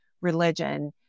religion